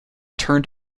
turned